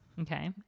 Okay